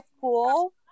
cool